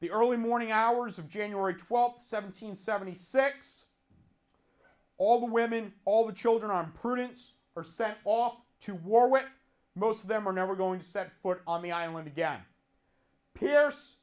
the early morning hours of january twelfth seventeen seventy six all the women all the children on prudence percent off to war when most of them are never going to set foot on the island again pierce